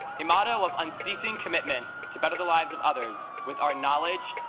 a model of unceasing commitment to better the lives of others with our knowledge,